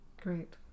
great